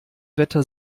wetter